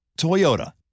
Toyota